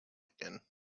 again